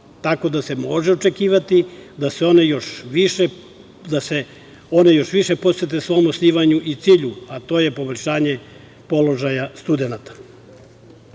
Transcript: Tako da se mnogo može očekivati da se one još više posvete svom osnivanju i cilju, a to je poboljšanje položaja studenata. Pošto